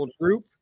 group